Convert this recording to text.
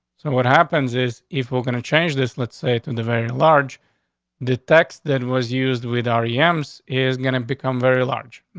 what happens is if we're gonna change this, let's say to and the very large the text that was used with ari ems is gonna become very large.